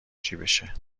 جیبشه